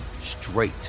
straight